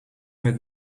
met